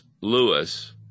Lewis